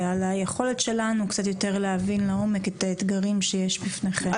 ועל היכולת שלנו קצת יותר להבין לעומק את האתגרים שיש בפניכם.